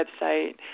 website